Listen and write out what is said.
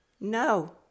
no